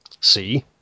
See